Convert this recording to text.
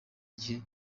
igihe